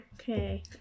Okay